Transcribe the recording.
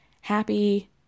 happy